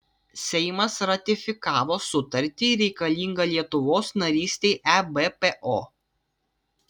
seimas ratifikavo sutartį reikalingą lietuvos narystei ebpo